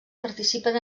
participen